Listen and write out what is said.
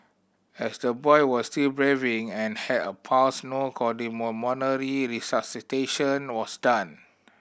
as the boy was still and had a pulse no cardiopulmonary resuscitation was done